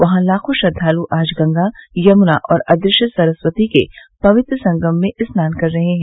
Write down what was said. वहां लाखों श्रद्वालु आज गंगा यमुना और अदृश्य सरस्वती के पवित्र संगम में स्नान कर रहे हैं